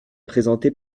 présenté